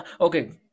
Okay